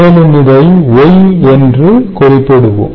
மேலும் இதை Y என்று குறிப்பிடுவோம்